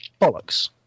bollocks